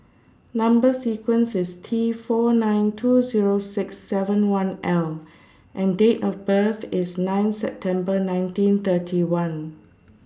Number sequence IS T four nine two Zero six seven one L and Date of birth IS nine September nineteen thirty one